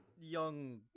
young